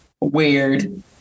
Weird